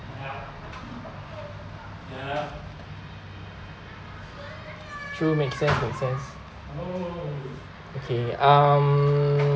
true makes sense makes sense okay um